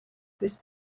this